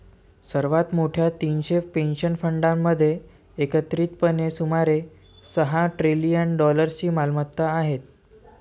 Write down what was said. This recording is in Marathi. सर्वात मोठ्या तीनशे पेन्शन फंडांमध्ये एकत्रितपणे सुमारे सहा ट्रिलियन डॉलर्सची मालमत्ता आहे